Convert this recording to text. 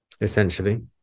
essentially